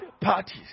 parties